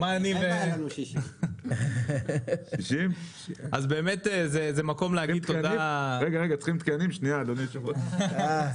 אז באמת זה רגע מרגש